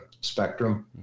spectrum